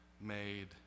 made